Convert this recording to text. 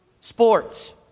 Sports